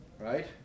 Right